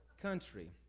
country